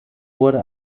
wurde